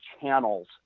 channels